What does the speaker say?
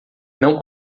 não